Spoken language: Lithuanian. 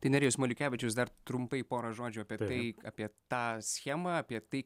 tai nerijus maliukevičius dar trumpai porą žodžių apie tai apie tą schemą apie tai